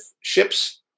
ships